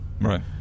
Right